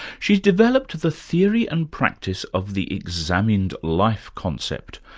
she's developed the theory and practice of the examined life concept,